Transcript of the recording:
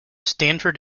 stanford